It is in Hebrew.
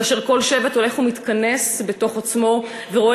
כאשר כל שבט הולך ומתכנס בתוך עצמו ורואה